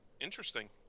interesting